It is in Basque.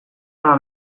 ala